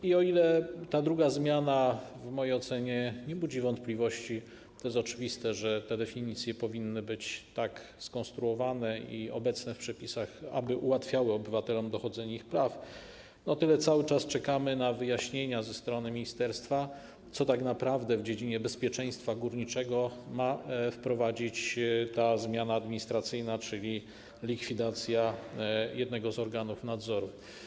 I o ile ta druga zmiana w mojej ocenie nie budzi wątpliwości - to jest oczywiste, że te definicje powinny być tak skonstruowane i obecne w przepisach, aby ułatwiały obywatelom dochodzenie ich praw - o tyle cały czas czekamy na wyjaśnienia ze strony ministerstwa, co tak naprawdę w dziedzinie bezpieczeństwa górniczego ma wprowadzić ta zmiana administracyjna, czyli likwidacja jednego z organów nadzoru.